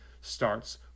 starts